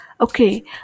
Okay